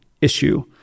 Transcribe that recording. issue